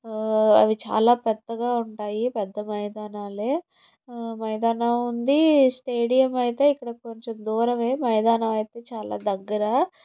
అవి చాలా పెద్దగా ఉంటాయి పెద్ద మైదానాలే మైదానం ఉంది స్టేడియం అయితే ఇక్కడకు కొంచెం దూరమే మైదానం అయితే చాలా దగ్గర